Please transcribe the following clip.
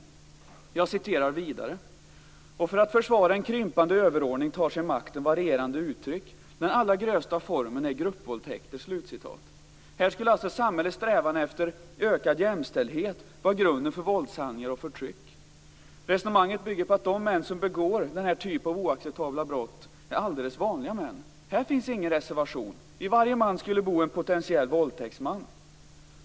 Margareta Winberg säger vidare: "Och för att försvara en krympande överordning tar sig makten varierande uttryck. Den allra grövsta formen är gruppvåldtäkter." Samhällets strävan efter ökad jämställdhet skulle alltså vara grunden för våldshandlingar och förtryck. Resonemanget bygger på att de män som begår denna typ av oacceptabla brott är alldeles vanliga män. Här finns ingen reservation - i varje man skulle det bo en potentiell våldtäktsman.